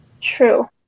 True